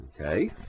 okay